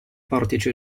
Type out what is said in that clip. portici